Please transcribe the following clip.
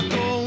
go